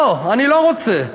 לא, אני לא רוצה.